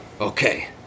Okay